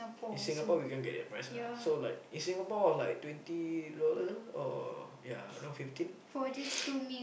in Singapore we can't get that price lah so like in Singapore like twenty dollar or ya around fifteen